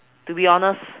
to be honest